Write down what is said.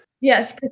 yes